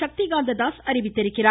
சக்திகாந்த தாஸ் தெரிவித்துள்ளார்